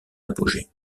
apogée